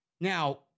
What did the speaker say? Now